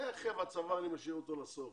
את הצבא אני משאיר לסוף.